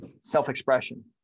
self-expression